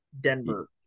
Denver